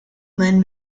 lin